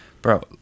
bro